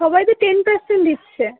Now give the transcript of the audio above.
সবাই তো ten percent দিচ্ছে